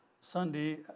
Sunday